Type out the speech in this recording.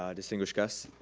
um distinguished guests,